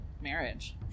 marriage